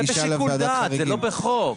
זה בשיקול דעת, זה לא בחוק.